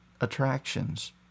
attractions